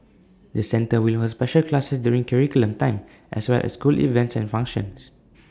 the centre will hold special classes during curriculum time as well as school events and functions